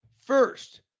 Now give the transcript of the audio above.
First